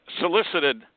solicited